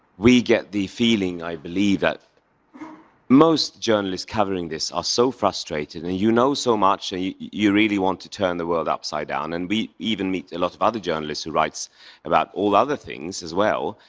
we get the feeling, i believe, that most journalists covering this are so frustrated. and you know so much, and you really want to turn the world upside down. and we even meet a lot of other journalists who write about all other things as well.